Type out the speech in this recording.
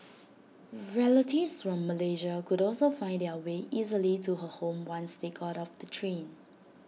relatives from Malaysia could also find their way easily to her home once they got off the train